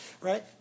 Right